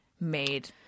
made